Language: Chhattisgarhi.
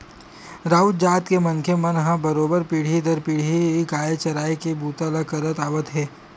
राउत जात के मनखे मन ह बरोबर पीढ़ी दर पीढ़ी गाय चराए के बूता ल करत आवत हे